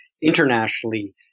internationally